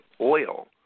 oil